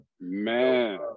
Man